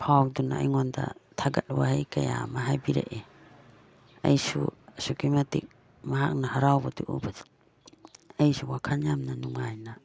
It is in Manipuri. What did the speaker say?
ꯐꯥꯎꯗꯨꯅ ꯑꯩꯉꯣꯟꯗ ꯊꯥꯒꯠ ꯋꯥꯍꯩ ꯀꯌꯥ ꯑꯃ ꯍꯥꯏꯕꯤꯔꯛꯏ ꯑꯩꯁꯨ ꯑꯁꯨꯛꯀꯤ ꯃꯇꯤꯛ ꯃꯍꯥꯛꯅ ꯍꯔꯥꯎꯕꯗꯨ ꯎꯕꯗ ꯑꯩꯁꯨ ꯋꯥꯈꯟ ꯌꯥꯝꯅ ꯅꯨꯡꯉꯥꯏꯅ